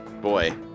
Boy